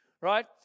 right